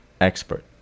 expert